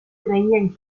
creían